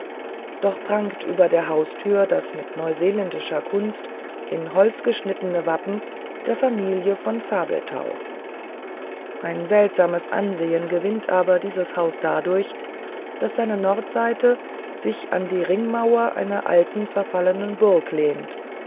doch prangt über der haustür das mit neuseeländischer kunst in holz geschnittene wappen der familie von zabelthau ein seltsames ansehn gewinnt aber dieses haus dadurch daß seine nordseite sich an die ringmauer einer alten verfallenen burg lehnt